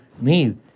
need